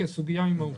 כי הסוגיה היא מהותית.